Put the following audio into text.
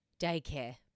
Daycare